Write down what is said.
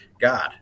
god